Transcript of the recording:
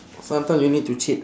sometimes you need to cheat